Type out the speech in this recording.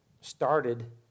started